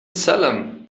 salem